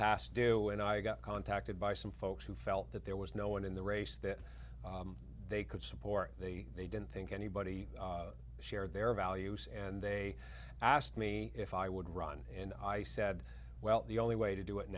due and i got contacted by some folks who felt that there was no one in the race that they could support they they didn't think anybody share their values and they asked me if i would run and i said well the only way to do it